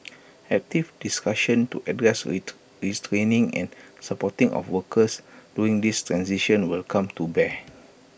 active discussion to address IT re screening and supporting of workers during this transition will come to bear